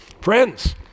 Friends